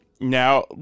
now